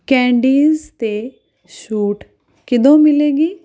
candies 'ਤੇ ਛੋਟ ਕਦੋਂ ਮਿਲੇਗੀ